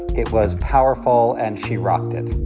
it was powerful. and she rocked it.